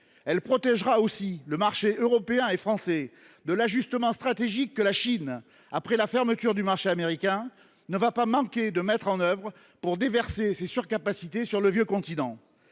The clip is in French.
Elle protégera aussi le marché européen et français de l’ajustement stratégique que la Chine, après la fermeture du marché américain, ne va pas manquer d’opérer pour déverser ses surcapacités sur le vieux continent.